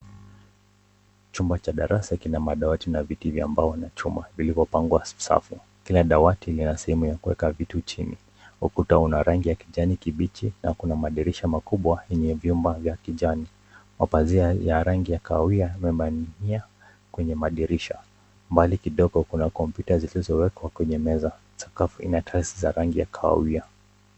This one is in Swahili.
Chumba cha darasa kina madawati na viti vya mbao na chuma vilivyopangwa safu. Kila dawati ina sehemu ya kuweka vitu chini. Ukuta una rangi ya kijani kibichi na kuna madirisha makubwa yenye vyumba vya kijani. Mapazia ya rangi ya kahawia yananing'inia kwenye madirisha. Mbali kidogo kuna kompyuta zilizowekwa kwenye meza. Sakafu ina tiles za rangi ya kahawia.